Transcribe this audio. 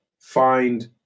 find